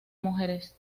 mujeres